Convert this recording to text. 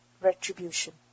retribution